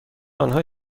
آنها